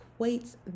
equates